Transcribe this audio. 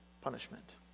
punishment